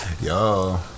Yo